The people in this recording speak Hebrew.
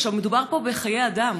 עכשיו, מדובר פה בחיי אדם.